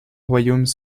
royaumes